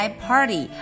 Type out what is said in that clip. party